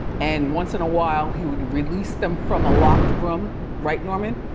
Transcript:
and once in a while he would release them from a locked room, right, norman?